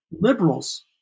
liberals